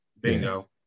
Bingo